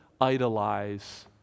idolize